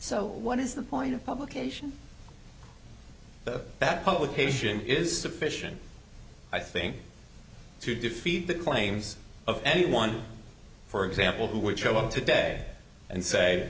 so what is the point of publication of that publication is sufficient i think to defeat the claims of anyone for example who would show up today and say